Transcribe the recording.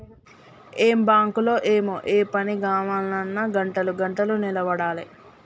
ఏం బాంకులో ఏమో, ఏ పని గావాల్నన్నా గంటలు గంటలు నిలవడాలె